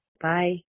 Bye